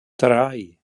drei